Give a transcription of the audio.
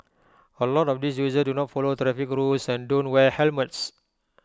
A lot of these users do not follow traffic rules and don't wear helmets